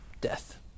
death